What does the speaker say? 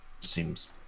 seems